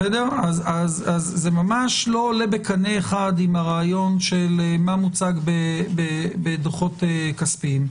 זה ממש לא עולה בקנה אחד עם הרעיון של מה מוצג בדוחות כספיים.